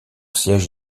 siège